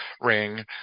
ring